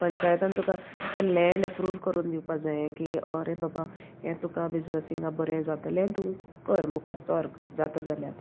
पंचायतान तुका तें land approve करून दिवपा जायें की ओरें बाबा हें तुका बिजनसिंगा बरें जातलें तुका कर मुखार सोर जाता जाल्यार